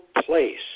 place